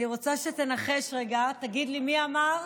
אני רוצה שתנחש רגע,